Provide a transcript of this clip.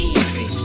Easy